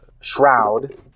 shroud